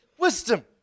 wisdom